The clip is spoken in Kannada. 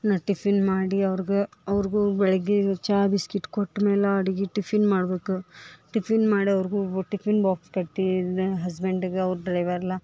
ನಾ ಟಿಫಿನ್ ಮಾಡಿ ಅವ್ರ್ಗ ಅವ್ರ್ಗು ಬೆಳಗ್ಗೆ ಚಾ ಬಿಸ್ಕಿಟ್ ಕೊಟ್ಮೇಲೆ ಅಡ್ಗಿ ಟಿಫಿನ್ ಮಾಡ್ಬೇಕು ಟಿಫಿನ್ ಮಾಡೋವರೆಗು ಟಿಫಿನ್ ಬಾಕ್ಸ್ ಕಟ್ಟಿ ನ ಹಸ್ಬೆಂಡ್ಗೆ ಅವ್ರ ಡ್ರೈವರ್ಲ